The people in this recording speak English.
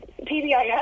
PBIS